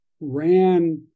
ran